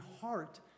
heart